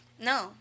No